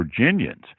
Virginians